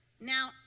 Now